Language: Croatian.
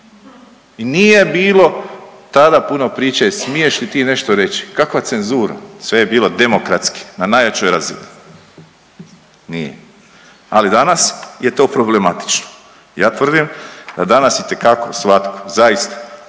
i nije bilo tada puno priče smiješ li ti nešto reći. Kakva cenzura, sve je bilo demokratski na najjačoj razini. Nije. Ali danas je to problematično. Ja tvrdim da danas itekako svatko zaista